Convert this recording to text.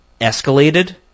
escalated